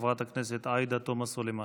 חברת הכנסת עאידה תומא סלימאן.